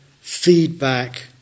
feedback